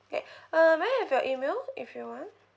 okay uh may I have your email if you want